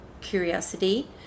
curiosity